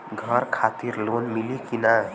घर खातिर लोन मिली कि ना?